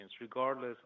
regardless